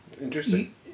Interesting